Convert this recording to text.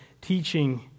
teaching